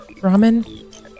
ramen